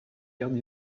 cartes